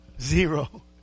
Zero